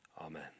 Amen